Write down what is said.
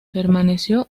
permaneció